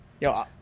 Yo